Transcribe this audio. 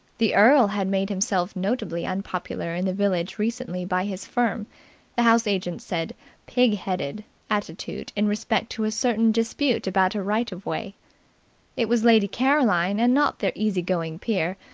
the earl had made himself notably unpopular in the village recently by his firm the house-agent said pig-headed attitude in respect to a certain dispute about a right-of-way. it was lady caroline, and not the easy-going peer,